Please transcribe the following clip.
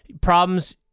problems